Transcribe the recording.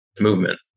movement